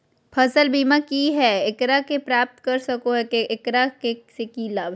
फसल बीमा की है, एकरा के प्राप्त कर सको है, एकरा से की लाभ है?